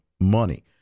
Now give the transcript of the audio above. money